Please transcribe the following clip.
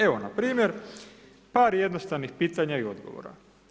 Evo, npr. par jednostavnih pitanja i odgovora.